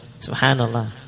Subhanallah